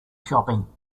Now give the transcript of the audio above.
shopping